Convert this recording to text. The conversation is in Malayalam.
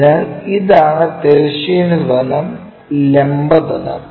അതിനാൽ ഇതാണ് തിരശ്ചീന തലം ലംബ തലം